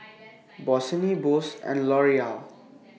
Bossini Bose and L'Oreal